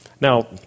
Now